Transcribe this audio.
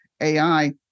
AI